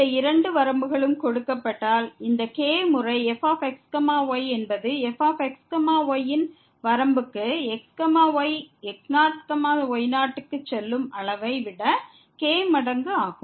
இந்த இரண்டு வரம்புகளும் கொடுக்கப்பட்டால் இந்த k முறை fx y என்பது fx y ன் வரம்புக்கு x y x0 y0 க்கு செல்லும் அளவை விட k மடங்கு ஆகும்